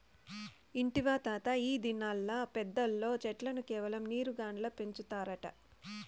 ఇంటివా తాతా, ఈ దినాల్ల పెద్దోల్లు చెట్లను కేవలం నీరు గాల్ల పెంచుతారట